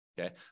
Okay